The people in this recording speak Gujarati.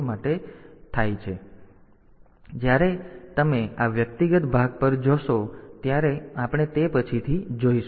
તેથી આ બીટનો અર્થ શું છે કે જ્યારે તમે આ વ્યક્તિગત ભાગ પર જશો ત્યારે આપણે તે પછીથી જોઈશું